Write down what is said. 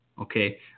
Okay